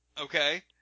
Okay